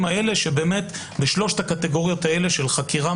האלה בשלוש הקטגוריות האלה של חקירה,